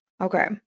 Okay